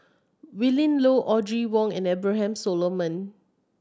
Willin Low Audrey Wong and Abraham Solomon